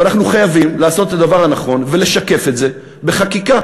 ואנחנו חייבים לעשות את הדבר הנכון ולשקף את זה בחקיקה.